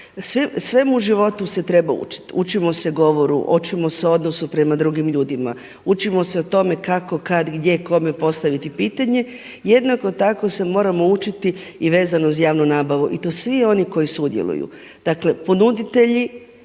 Svemu u životu se treba učiti. Učimo se govoru, učimo se odnosu prema drugim ljudima, učimo se o tome kako, kad, gdje, kome postaviti pitanje. Jednako tako se moramo učiti i vezano uz javnu nabavu. I to svi oni koji sudjeluju. Dakle, ponuditelji,